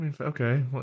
Okay